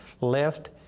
left